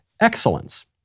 excellence